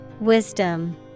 Wisdom